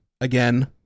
again